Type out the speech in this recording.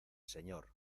señor